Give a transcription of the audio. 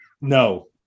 No